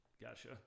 Gotcha